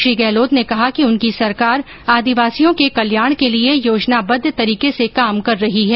श्री गहलोत ने कहा कि उनकी सरकार आदिवासियों के कल्याण के लिए योजनाबद्ध तरीके र्स काम कर रही है